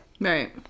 Right